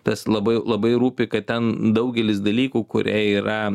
tas labai labai rūpi kad ten daugelis dalykų kurie yra